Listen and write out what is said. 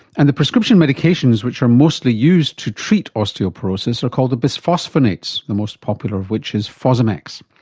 and the prescription medications which are mostly used to treat osteoporosis are called bisphosphonates, the most popular of which is fosamax.